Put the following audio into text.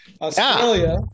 Australia